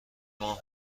ماه